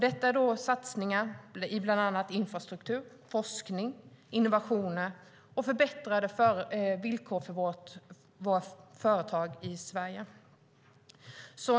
Det är satsningar på bland annat infrastruktur, forskning, innovationer och förbättrade villkor för våra företag i Sverige.